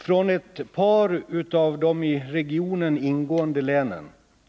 Från ett pa” av dei regionen ingående länen